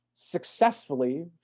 successfully